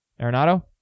Arenado